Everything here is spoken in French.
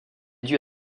due